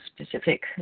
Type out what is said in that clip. specific